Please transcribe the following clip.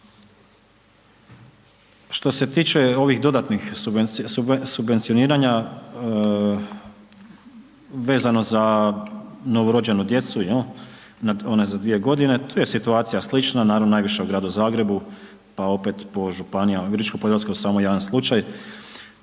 Što se tiče ovih dodatnih subvencioniranja vezano za novorođenu djecu jel, nad one za 2 godine, tu je situacija slična, naravno najviše u Gradu Zagrebu, a opet po županijama Virovitičko-podravska samo jedan slučaj.